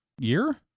year